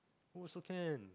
pull also can